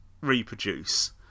reproduce